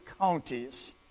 counties